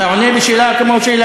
אתה עונה על שאלה בשאלה.